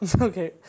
Okay